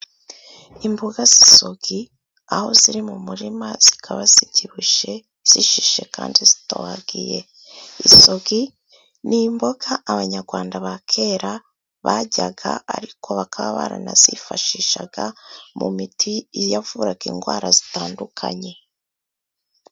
Imboga z'isogi, aho ziri mu murima, zikaba zibyibushye zishishe kandi zitogiye, isogi ni imboga abanyarwanda ba kera baryaga, ariko bakaba baranazifashishaga mu miti yavuraga indwara zitandukanye.